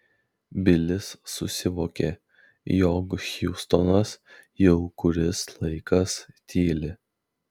bilis susivokė jog hjustonas jau kuris laikas tyli